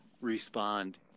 respond